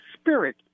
spirit